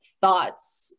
thoughts